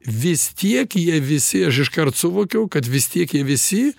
vis tiek jie visi aš iškart suvokiau kad vis tiek jie visi